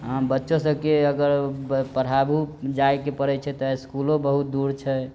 हँ बच्चो सबके अगर पढ़ाबु जाइके परै छै त स्कूलो बहुत दूर छै